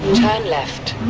left